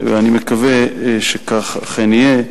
אני מקווה שכך אכן יהיה.